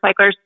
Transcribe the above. Recyclers